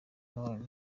moore